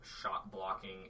shot-blocking